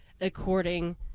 according